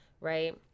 right